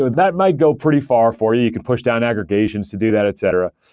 and that might go pretty far for you. you can push down aggregations to do that, etc.